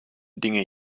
dinge